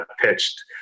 pitched